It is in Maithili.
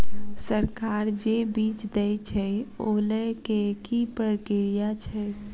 सरकार जे बीज देय छै ओ लय केँ की प्रक्रिया छै?